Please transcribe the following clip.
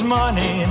money